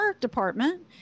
department